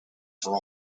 for